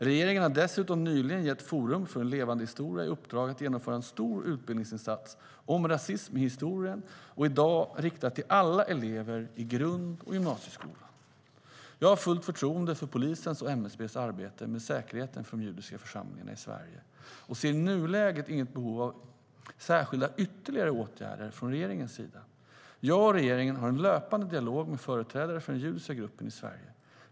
Regeringen har dessutom nyligen gett Forum för levande historia i uppdrag att genomföra en stor utbildningsinsats om rasism i historien och i dag riktat till alla elever i grund och gymnasieskolan. Jag har fullt förtroende för polisens och MSB:s arbete med säkerheten för de judiska församlingarna i Sverige och ser i nuläget inget behov av särskilda ytterligare åtgärder från regeringens sida. Jag och regeringen har en löpande dialog med företrädare för den judiska gruppen i Sverige.